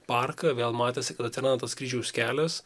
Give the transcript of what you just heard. parką vėl matėsi kad atsiranda tas kryžiaus kelias